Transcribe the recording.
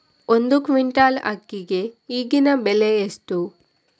ಒಂದು ಕ್ವಿಂಟಾಲ್ ಅಕ್ಕಿಗೆ ಈಗಿನ ಬೆಲೆ ಎಷ್ಟು?